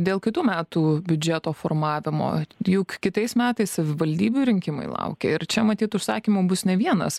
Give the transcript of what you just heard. dėl kitų metų biudžeto formavimo juk kitais metais savivaldybių rinkimai laukia ir čia matyt užsakymų bus ne vienas